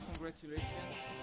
Congratulations